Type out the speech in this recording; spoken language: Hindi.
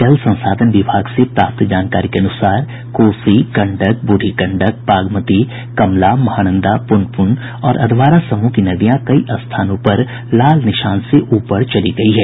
जल संसाधन विभाग से प्राप्त जानकारी के अनुसार कोसी गंडक ब्रूढ़ी गंडक बागमती कमला महानंदा प्रनपुन और अधवारा समूह की नदियां कई स्थानों पर लाल निशान से ऊपर चली गयी है